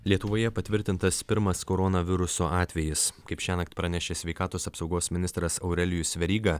lietuvoje patvirtintas pirmas koronaviruso atvejis kaip šiąnakt pranešė sveikatos apsaugos ministras aurelijus veryga